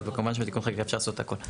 אבל כמובן שבתיקון חקיקה אפשר לעשות הכול.